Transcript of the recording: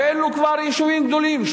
שאלו כבר יישובים גדולים,